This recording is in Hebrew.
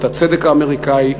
את הצדק האמריקני,